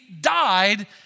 died